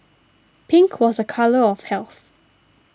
pink was a colour of health